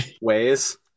ways